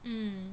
mm